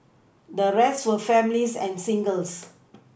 the rest were families and singles